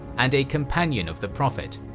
and a companion of the prophet.